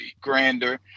grander